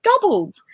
doubled